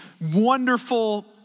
wonderful